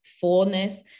fullness